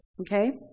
Okay